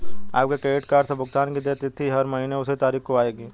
आपके credit card से भुगतान की देय तिथि हर महीने उसी तारीख को आएगी